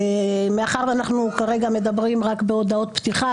מאחר שאנחנו כרגע מדברים רק בהצהרות פתיחה,